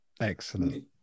Excellent